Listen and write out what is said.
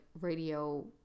radio